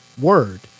word